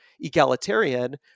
egalitarian